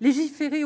légiférer,